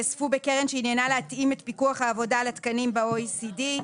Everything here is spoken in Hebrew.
יאספו בקרן שעניינה להתאים את פיקוח העבודה לתקנים ב-OECD.